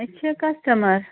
أسۍ چھِ کَسٹٕمَر